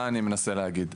מה אני מנסה להגיד,